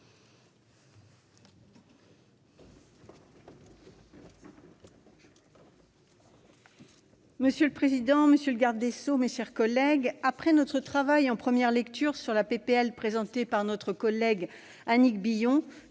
Monsieur le président, monsieur le garde des sceaux, mes chers collègues, après notre travail en première lecture sur la proposition de loi présentée par notre collègue Annick Billon,